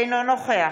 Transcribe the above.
אינו נוכח